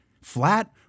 Flat